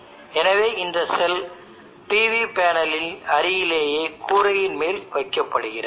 எனவே இந்த cell PV பேனலின் அருகிலேயே கூரையின் மேல் வைக்கப்படுகிறது